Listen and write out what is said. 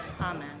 Amen